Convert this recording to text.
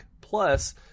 plus